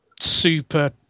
super